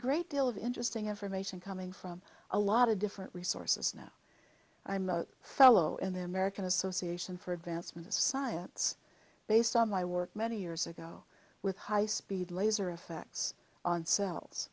great deal of interesting information coming from a lot of different resources now i'm a fellow in the american association for advancement of science based on my work many years ago with high speed laser effects on cells